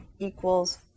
equals